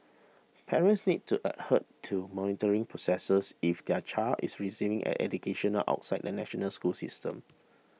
parents need to adhere to monitoring processes if their child is receiving an education outside the national school system